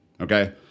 Okay